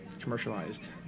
commercialized